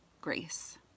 grace